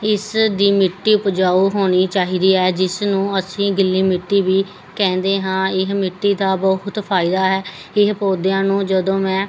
ਇਸ ਦੀ ਮਿੱਟੀ ਉਪਜਾਊ ਹੋਣੀ ਚਾਹੀਦੀ ਹੈ ਜਿਸਨੂੰ ਅਸੀਂ ਗਿੱਲੀ ਮਿੱਟੀ ਵੀ ਕਹਿੰਦੇ ਹਾਂ ਇਹ ਮਿੱਟੀ ਦਾ ਬਹੁਤ ਫਾਇਦਾ ਹੈ ਇਹ ਪੌਦਿਆਂ ਨੂੰ ਜਦੋਂ ਮੈਂ